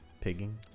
Pigging